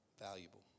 valuable